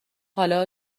حالا